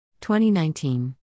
2019